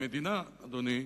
למדינה, אדוני,